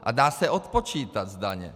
A dá se odpočítat z daně.